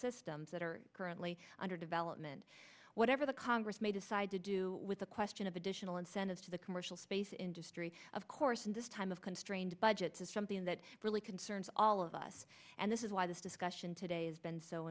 systems that are currently under development whatever the congress may decide to do with the question of additional incentives to the commercial space industry of course in this time of constrained budget to something that really concerns all of us and this is why this discussion today has been so